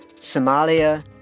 Somalia